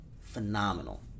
Phenomenal